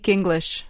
English